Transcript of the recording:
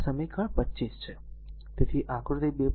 તેથી આકૃતિ 2